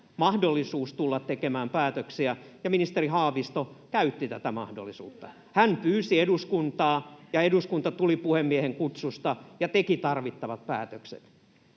mahdollisuus tulla tekemään päätöksiä, ja ministeri Haavisto käytti tätä mahdollisuutta. [Perussuomalaisten ryhmästä: Kyllä!] Hän pyysi eduskuntaa, ja eduskunta tuli puhemiehen kutsusta ja teki tarvittavat päätökset.